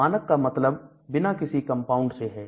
मानक का मतलब बिना किसी कंपाउंड से है